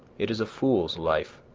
it is a fool's life,